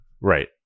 Right